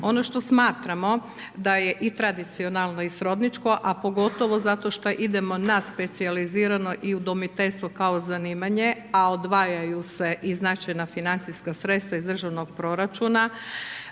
Ono što smatramo da je i tradicionalno i srodničko, a pogotovo zato što idemo na specijalizirano i udomiteljstvo kao zanimanje, a odvajaju se i značajna financijska sredstva iz državnog proračuna,